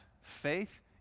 faith